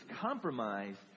compromised